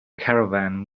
caravan